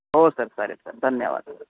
हो सर चालेल सर धन्यवाद